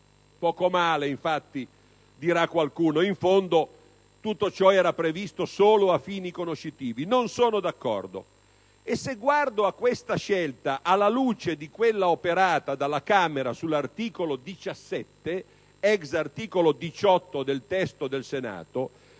Poco male, dirà qualcuno, in fondo tutto ciò era previsto solo a fini conoscitivi; non sono d'accordo e, se guardo a questa scelta alla luce di quella operata della Camera sull'articolo 17 (ex articolo 18 del testo del Senato)